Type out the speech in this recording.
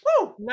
Woo